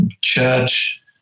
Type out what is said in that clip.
church